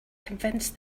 convince